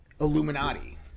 Illuminati